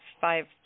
five